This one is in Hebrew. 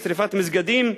שרפת מסגדים,